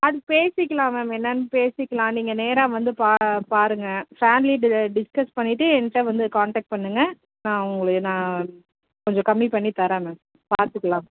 அது பேசிக்கலாம் மேம் என்னென்னு பேசிக்கலாம் நீங்கள் நேராக வந்து பா பாருங்கள் ஃபேம்லிட்ட டிஸ்கஸ் பண்ணிவிட்டு என்ட்ட வந்து கான்டாக்ட் பண்ணுங்கள் நான் உங்களுக்கு நான் கொஞ்சம் கம்மி பண்ணித்தர்றேன் மேம் பார்த்துக்கலாம்